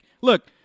look